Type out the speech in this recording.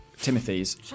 Timothy's